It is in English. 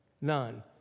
None